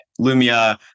Lumia